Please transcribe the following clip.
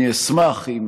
אני אשמח אם